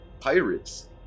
pirates